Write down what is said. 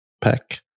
pack